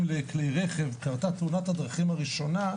לכלי רכב קרתה תאונת הדרכים הראשונה,